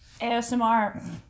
ASMR